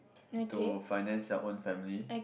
to finance their own family